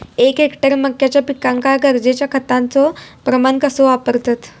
एक हेक्टर मक्याच्या पिकांका गरजेच्या खतांचो प्रमाण कसो वापरतत?